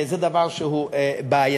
זה דבר שהוא בעייתי,